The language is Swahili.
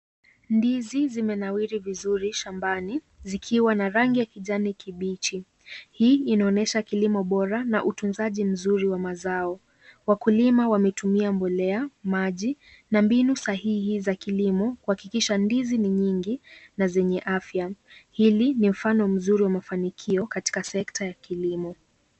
Ndizi, zimenawiri vizuri, shambani. Zikiwa na rangi ya kijani kibichi. Hii inaonyesha kilimo bora na utunzaji mzuri wa mazao. Wakulima wametumia mbolea, maji, na mbinu sahihi za kilimo kuhakikisha ndizi ni nyingi, na zenye afya. Hili ni mfano mzuri wa mafanikio katika sekta ya kilimo.